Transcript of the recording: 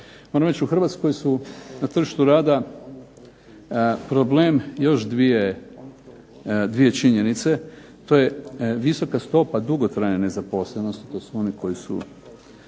Moram reći u Hrvatskoj su na tržištu rada problem još 2 činjenice. To je visoka stopa dugotrajne nezaposlenosti, to su oni koji su